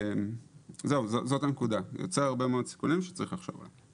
זה יוצר הרבה מאוד סיכונים שצריך לחשוב עליהם.